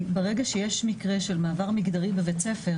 ברגע שיש מקרה של מעבר מגדרי בבית ספר